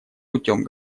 путем